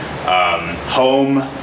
Home